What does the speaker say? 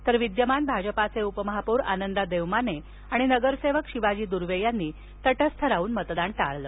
तर विद्यमान भाजपाचे उपमहापौर आनंदा देवमाने आणि नगरसेवक शिवाजी दूर्वे यांनी तटस्थ राहन मतदान टाळलं